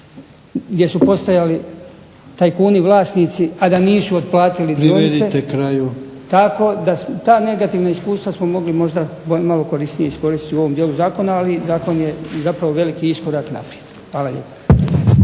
(HDZ)** Privedite kraju. **Marić, Goran (HDZ)** Tako da, ta negativna iskustva smo mogli možda malo korisnije iskoristiti u ovom dijelu zakona, ali zakon je zapravo veliki iskorak naprijed. Hvala lijepa.